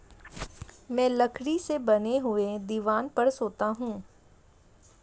मैं लकड़ी से बने हुए दीवान पर सोता हूं